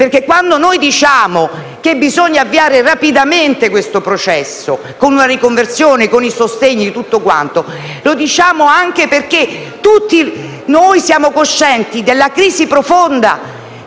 perché quando diciamo che bisogna avviare rapidamente questo processo con una riconversione e con dei sostegni, lo facciamo anche perché tutti noi siamo coscienti della crisi profonda